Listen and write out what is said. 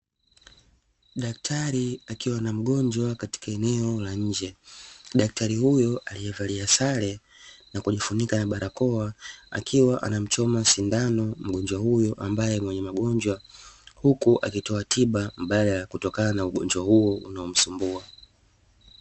Daktari akiwa na mgonjwa katika eneo la nje, daktari huyu aliyevalia sare na kujifunika na barakoa akiwa anamchoma sindano mgonjwa huyo ambaye mwenye magonjwa, huku akitoa tiba mbadala kutokana na ugonjwa huo unaomsumbua.